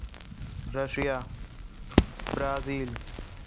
Russia Brazil